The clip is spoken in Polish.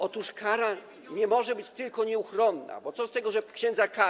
Otóż kara nie może być tylko nieuchronna, bo co z tego, że ksiądz Kania.